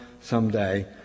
someday